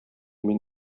мин